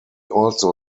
also